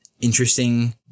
interesting